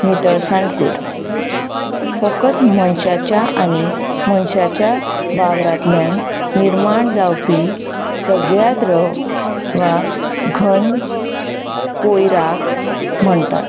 नितळसाण कयर फक्त मनशाच्या आनी मनशाच्या वावरांतल्यान निर्माण जावपी सगळ्या द्रवा कयराक म्हणटात